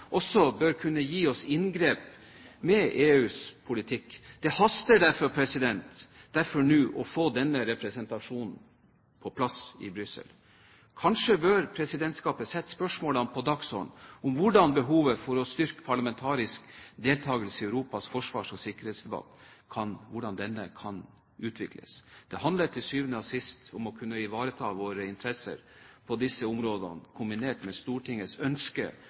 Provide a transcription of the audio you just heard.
også bør kunne gi oss inngrep med EUs politikk. Det haster derfor nå med å få denne representasjonen på plass i Brussel. Kanskje bør presidentskapet sette på dagsordenen spørsmålet om behovet for å styrke parlamentarisk deltakelse i Europas forsvars- og sikkerhetsdebatt, og hvordan denne kan utvikles. Det handler til syvende og sist om å kunne ivareta våre interesser på disse områdene, kombinert med Stortingets ønske